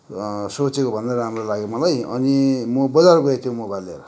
सोचेको भन्दा राम्रो लाग्यो मलाई अनि म बजार गएँ त्यो मोबाइल लिएर